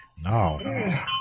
no